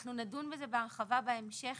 אנחנו נדון בזה בהרחבה בהמשך